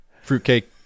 Fruitcake